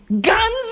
Guns